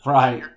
Right